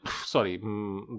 sorry